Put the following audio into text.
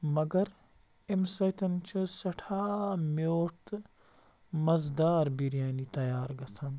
مگر اَمہِ سۭتٮ۪ن چھُ سٮ۪ٹھاہ میٛوٗٹھ تہٕ مَزٕدار بِریانی تیار گژھان